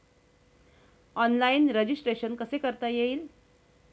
Online registration कसे करता येईल?